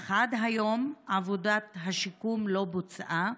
אך עד היום עבודת השיקום לא בוצעה,